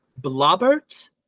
Blobbert